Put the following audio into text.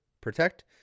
Protect